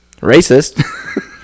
Racist